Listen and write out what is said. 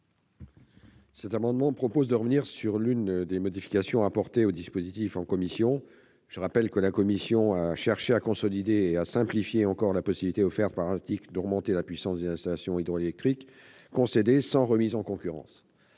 Cet amendement vise à revenir sur l'une des modifications apportées en commission. Je le rappelle, la commission a cherché à consolider et à simplifier encore la possibilité offerte par l'article d'augmenter la puissance des installations hydroélectriques concédées sans remise en concurrence.